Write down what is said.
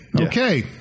Okay